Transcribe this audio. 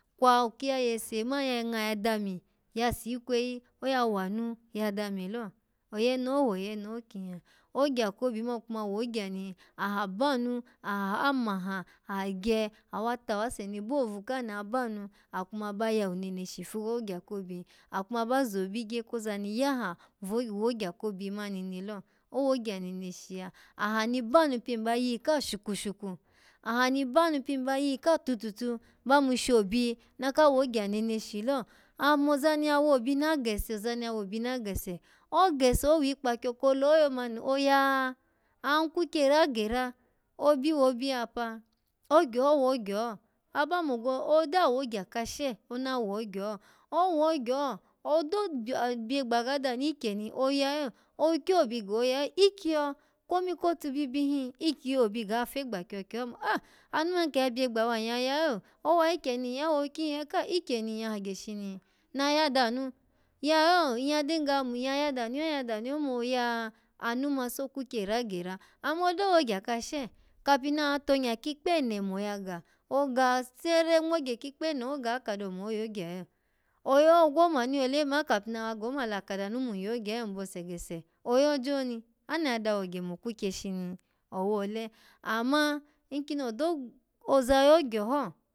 Kwo oki ya yese man ya nga ya damiya sikweyi, oya wanu ya dami lo oyene ho woyene ho kin na ogya ko obi man kuma wogya ni aha banu, aha amaha agye awa tawase ni bohovu ka ni abanu, akuma ba yawu neneshi ifu kogya ko obi akuma ba zobigye koza ni yaha vo-bogya ko obi mani ni lo owogya ninishi ya aha ni banu ni pin ba giyikaha shuku shuku aha ni banuni pin ba yiyika tututu ba yimu sho obi naka wogya neneshi lo amo oza ni ya wo obi na gese, oza ni ya wo obi na gese ogese owikpakyo kole ho mani oya? An kwukye era gera obi wo obi yapa ogya ho wogya ho abamo gwo-odo awogya kasha ona wogya ho owogya ho, odo-obyegba ga danu ikyeni oya yo, owukyi obyiga oya lo, ikyiyo komi kotu bibi hin, ikyiya obyiga afegba kyokye ho mo ah! Anu ke ya byegba wa nyya ya yo, owa ikyeni nyya yo, okyi nyya yo kai! Ikyeni nyya hagye shini na ya danu yayo nyya mun ya ga danu go, ya danu yo man oya? Anu ma so kwukye era gera amma odo wogya kasha, kabi na tonya kikpo ene moya ga, oga sere mogye kikpo ene ho ga akado moyogya yo oyogwu okado manu yole ma yo kapi na ga omala kada nu mun yogya yo nbose gese, oyoji oni? Ano ya dawogye mo kwukye shini owole amma inkini nodo-oza yogya ho.